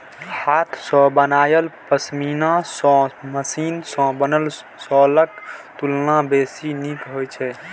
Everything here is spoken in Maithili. हाथ सं बनायल पश्मीना शॉल मशीन सं बनल शॉलक तुलना बेसी नीक होइ छै